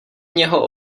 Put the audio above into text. něho